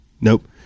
Nope